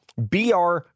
BR